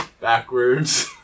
backwards